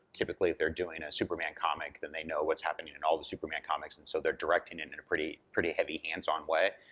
typically, if they're doing a superman comic, then they know what's happening in and all the superman comics, and so they're directing it in a pretty pretty heavy hands-on way.